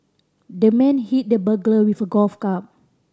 the man hit the burglar with a golf club